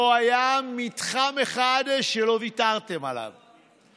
לא היה מתחם אחד שלא ויתרתם עליו,